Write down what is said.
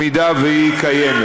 אם היא קיימת.